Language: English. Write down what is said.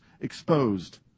exposed